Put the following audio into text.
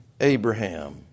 Abraham